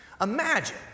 Imagine